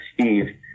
Steve